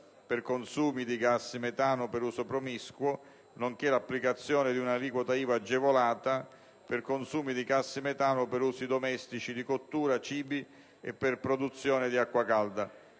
per consumi di gas metano per uso promiscuo, nonché l'applicazione di un'aliquota IVA agevolata per consumi di gas metano per usi domestici di cottura cibi e per produzione di acqua calda».